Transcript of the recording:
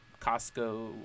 Costco